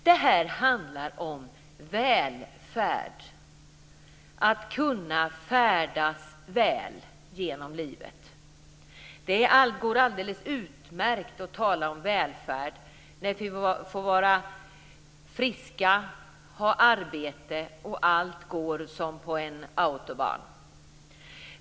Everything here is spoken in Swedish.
Det här handlar om välfärd, om att kunna färdas väl genom livet. Det går alldeles utmärkt att tala om välfärd när vi får vara friska, har arbete och allt går som på en autobahn.